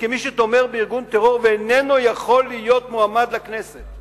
וכמי שתומך בארגון טרור ואיננו יכול להיות מועמד לכנסת.